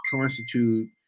constitute